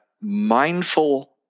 mindful